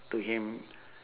to him